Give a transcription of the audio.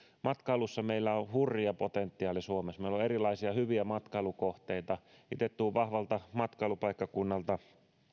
matkailussa meillä on hurja potentiaali suomessa meillä on erilaisia hyviä matkailukohteita itse tulen vahvalta matkailupaikkakunnalta